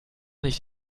nicht